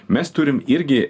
mes turim irgi